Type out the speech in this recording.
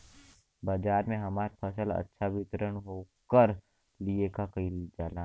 बाजार में हमार फसल अच्छा वितरण हो ओकर लिए का कइलजाला?